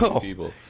people